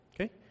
okay